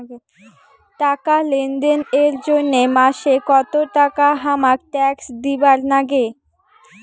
টাকা লেনদেন এর জইন্যে মাসে কত টাকা হামাক ট্যাক্স দিবার নাগে?